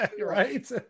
right